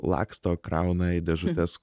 laksto krauna į dėžutes